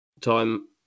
time